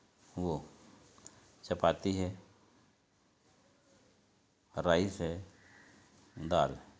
वो चपाती है राइस है दाल